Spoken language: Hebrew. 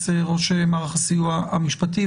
ראש מערך הסיוע המשפטי,